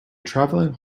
travelling